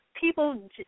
people